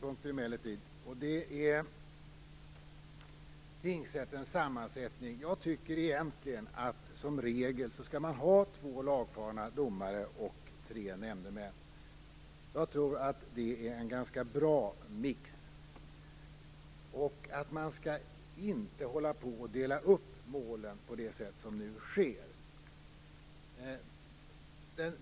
Jag har emellertid några synpunkter som gäller tingsrätternas sammansättning. Jag tycker egentligen att man som regel skall ha två lagfarna domare och tre nämndemän. Jag tror att det är en ganska bra mix. Jag tycker inte att man skall dela upp målen på det sätt som nu sker.